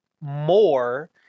more